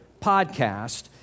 podcast